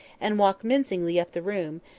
and walk mincingly up the room,